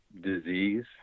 disease